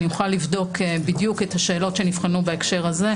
אני אוכל לבדוק את השאלות שנבחנו בהקשר הזה.